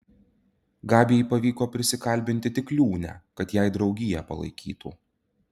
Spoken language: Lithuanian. gabijai pavyko prisikalbinti tik liūnę kad jai draugiją palaikytų